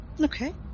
Okay